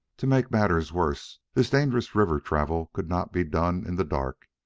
to make matters worse, this dangerous river travel could not be done in the dark,